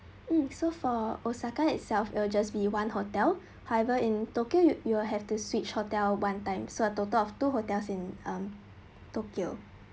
mm so far osaka itself you will just be one hotel however in tokyo you you'll have to switch hotel one time so a total of two hotels in um tokyo